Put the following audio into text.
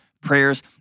prayers